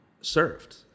served